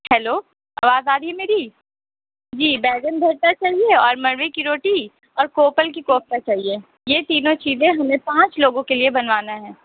hello آواز آ رہی ہے میری جی بینگن بھرتا چاہیے اور مروے کی روٹی اور کوپل کی کوفتہ چاہیے یہ تینوں چیزیں ہمیں پانچ لوگوں کے لیے بنوانا ہے